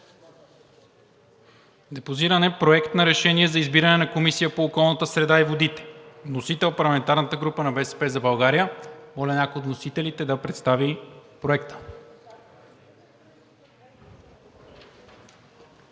Депозиран е Проектът на решение за избиране на Комисия по околната среда и водите. Вносител е парламентарната група на „БСП за България“. Моля някой от вносителите да представи Проекта.